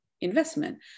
investment